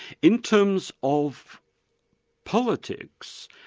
in terms of politics,